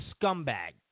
scumbag